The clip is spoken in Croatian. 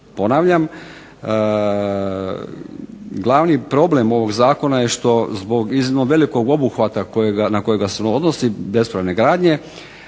Ponavljam, glavni problem ovog Zakona je što zbog iznimno velikog obuhvata na kojega se odnosi bespravne gradnje,